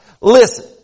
Listen